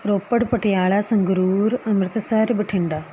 Ropar Patiala Sangrur Amritsar Bathinda